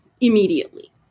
immediately